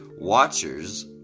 Watchers